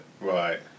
Right